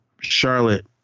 Charlotte